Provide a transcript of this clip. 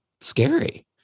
scary